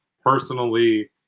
personally